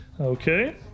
Okay